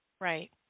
right